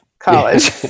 college